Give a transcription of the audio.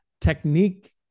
technique